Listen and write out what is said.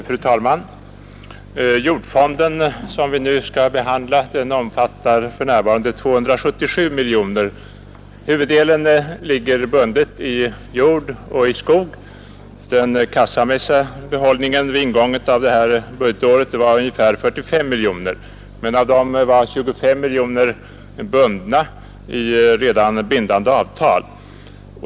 Fru talman! Jordfonden, som vi nu skall behandla, omfattar för närvarande 277 miljoner kronor. Huvuddelen ligger bunden i jord och i skog. Den kassamässiga behållningen vid ingången av innevarande budgetår var ungefär 45 miljoner, men därav var 25 miljoner bundna genom bindande avtal.